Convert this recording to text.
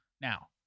now